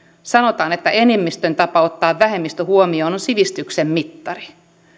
sanotaan että enemmistön tapa ottaa vähemmistö huomioon on sivistyksen mittari